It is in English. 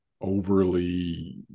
overly